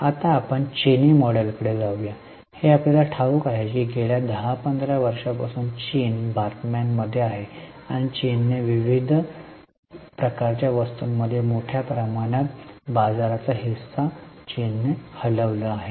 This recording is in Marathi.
आता आपण चिनी मॉडेलकडे जाऊया हे आपल्याला ठाऊक आहे की गेल्या दहा पंधरा वर्षांपासून चीन बातम्यांमध्ये आहे आणि चीनने विविध प्रकारच्या वस्तूंमध्ये मोठ्या प्रमाणात बाजाराचा हिस्सा चीनने हलविला आहे